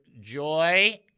Joy